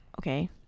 okay